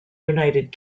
united